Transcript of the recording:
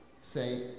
say